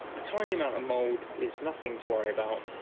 a tiny amount of mould is nothing to worry about